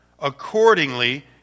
accordingly